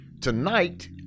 Tonight